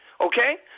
Okay